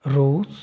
Russia